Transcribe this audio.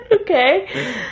okay